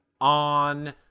on